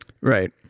Right